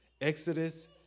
Exodus